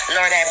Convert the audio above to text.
Lord